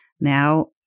Now